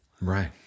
Right